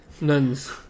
Nuns